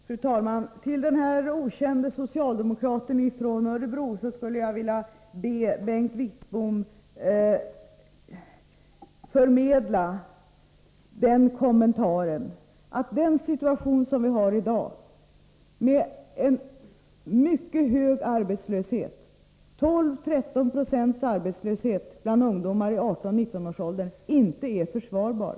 Fru talman! Jag skulle vilja be Bengt Wittbom att till den okände socialdemokraten i Örebro förmedla kommentaren, att den nuvarande situationen med mycket hög arbetslöshet, med 12-13 92 arbetslöshet bland ungdomar i 18-19-årsåldern, inte är försvarbar.